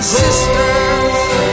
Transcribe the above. sisters